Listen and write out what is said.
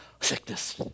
Sickness